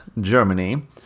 Germany